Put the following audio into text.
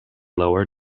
lower